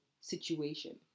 situation